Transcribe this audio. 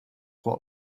what